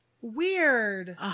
Weird